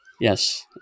Yes